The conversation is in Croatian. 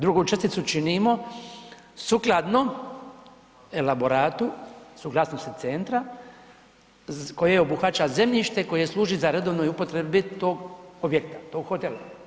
Drugu česticu činimo sukladno elaboratu suglasnosti centra koje obuhvaća zemljište koje služi za redovnoj upotrebi tog objekta, tog hotela.